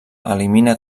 elimina